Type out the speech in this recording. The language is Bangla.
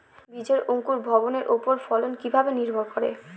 বীজের অঙ্কুর ভবনের ওপর ফলন কিভাবে নির্ভর করে?